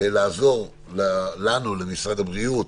לעזור לנו, למשרד הבריאות,